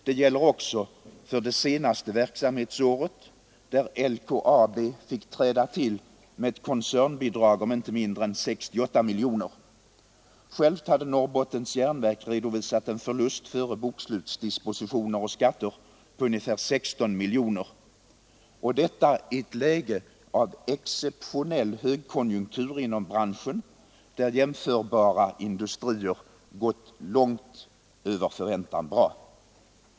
Det gäller också för det senaste verksamhetsåret, där LKAB fick träda till med ett koncernbidrag om inte mindre än 68 miljoner kronor. Självt hade Norrbottens järnverk redovisat en förlust före bokslutsdispositioner och skatter på ungefär 16 miljoner kronor — och detta i ett läge av exceptionell högkonjunktur inom branschen, när jämförbara industrier gått långt över förväntan bra.